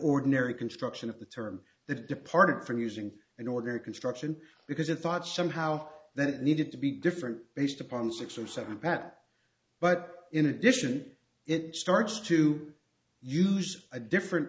ordinary construction of the term that departed from using an ordinary construction because it thought somehow that it needed to be different based upon the six or seven pat but in addition it starts to use a different